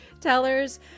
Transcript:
Tellers